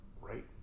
right